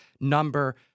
number